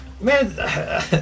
Man